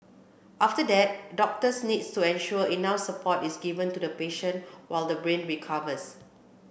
after that doctors need to ensure enough support is given to the patient while the brain recovers